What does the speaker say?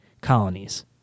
colonies